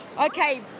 Okay